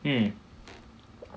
mm